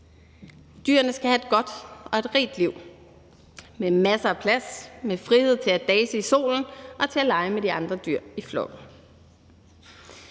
Dyrene skal have et godt og et rigt liv med masser af plads, med frihed til at dase i solen og til at lege med de andre dyr i flokken.